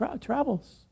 travels